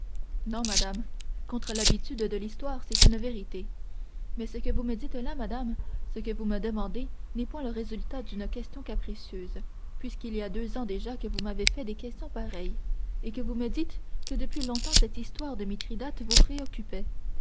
non madame contre l'habitude de l'histoire c'est une vérité mais ce que vous me dites là madame ce que vous me demandez n'est point le résultat d'une question capricieuse puisqu'il y a deux ans déjà vous m'avez fait des questions pareilles et que vous me dites que depuis longtemps cette histoire de mithridate vous préoccupait